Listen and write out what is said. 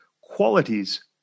qualities